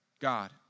God